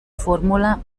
fórmula